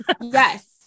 yes